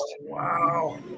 wow